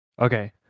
Okay